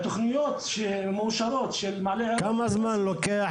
והתכניות שמאושרות --- כמה זמן לוקח